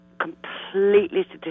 completely